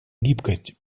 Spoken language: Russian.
гибкость